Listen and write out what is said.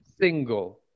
single